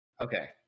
Okay